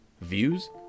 views